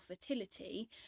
fertility